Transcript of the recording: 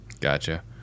Gotcha